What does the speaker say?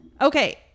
okay